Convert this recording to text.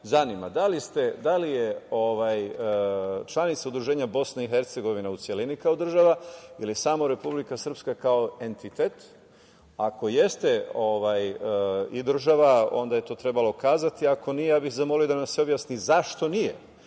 zanima – da li je članica tog udruženja Bosna i Hercegovina u celini kao država ili samo Republika Srpska kao entitet? Ako jeste i država, onda je to trebalo kazati, a ako nije, ja bih zamolio da nam se objasni zašto nije,